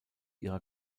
ihrer